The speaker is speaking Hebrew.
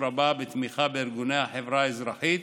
רבה בתמיכה בארגוני החברה האזרחית